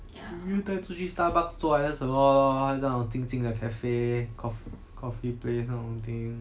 就帶出去 starbucks 做还是什么 lor 那种静静的 cafe coffee coffee place 那种 thing